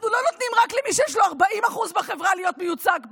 אנחנו לא נותנים רק למי שיש לו 40% בחברה להיות מיוצג פה.